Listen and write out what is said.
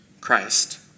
Christ